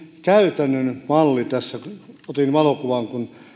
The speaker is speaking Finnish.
käytännön malli tässä että otin valokuvan